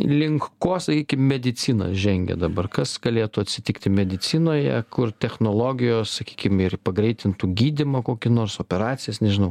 link ko sakykim medicina žengia dabar kas galėtų atsitikti medicinoje kur technologijos sakykim ir pagreitintų gydymą kokį nors operacijas nežinau